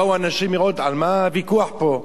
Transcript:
באו אנשים לראות על מה הוויכוח פה.